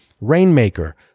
rainmaker